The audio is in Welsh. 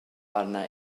arna